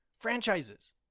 franchises